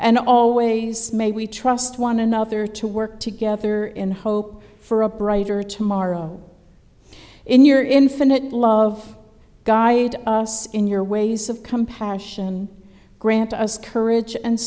and always may we trust one another to work together in hope for a brighter tomorrow in your infinite love guide us in your ways of compassion grant us courage and